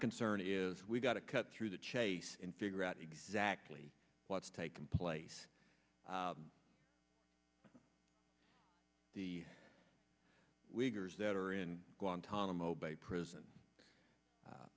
concern is we've got to cut through the chase and figure out exactly what's taking place the wiggers that are in guantanamo bay prison